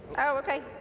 oh, okay,